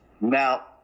Now